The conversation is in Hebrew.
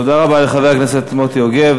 תודה רבה לחבר הכנסת מוטי יוגב.